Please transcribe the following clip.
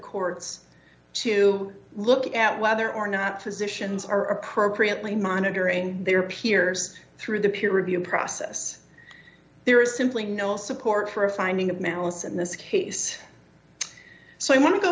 courts to look at whether or not positioned are appropriate only monitoring their peers through the peer review process there is simply no support for a finding of malice in this case so i want to go